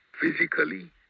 physically